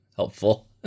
helpful